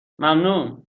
ممنون